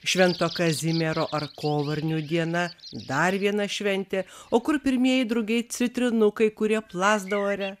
švento kazimiero ar kovarnių diena dar viena šventė o kur pirmieji drugiai citrinukai kurie plazda ore